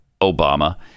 Obama